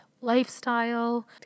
lifestyle